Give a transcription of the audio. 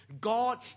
God